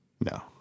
No